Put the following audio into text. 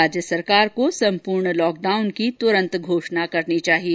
राज्य सरकार को संपूर्ण लॉकडाउन की तुरंत घोषणा करनी चाहिए